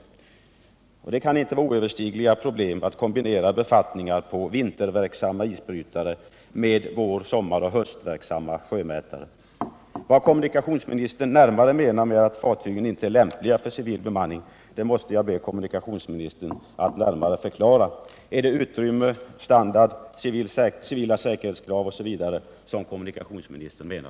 Det Torsdagen den kan inte vara förenligt med oöverstigliga problem att kombinera befattningar 30 mars 1978 på vinterverksamma isbrytare med befattningar på vår-, sommaroch höstverksamma sjömätningsfartyg. Vad kommunikationsministern menar med att fartygen inte är lämpliga för civil bemanning måste jag be honom närmare förklara. Är det utrymme, standard, civila säkerhetskrav osv. som kommunikationsministern avser?